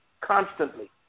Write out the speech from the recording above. constantly